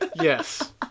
Yes